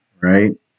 Right